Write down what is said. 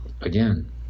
again